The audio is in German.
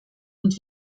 und